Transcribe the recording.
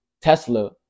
Tesla